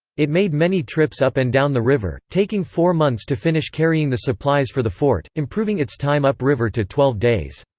it made many trips up and down the river, taking four months to finish carrying the supplies for the fort, improving its time up river to twelve days.